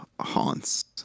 haunts